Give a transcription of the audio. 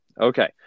Okay